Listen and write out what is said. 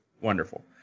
Wonderful